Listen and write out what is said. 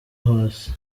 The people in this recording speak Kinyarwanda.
hasi